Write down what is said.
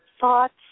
thoughts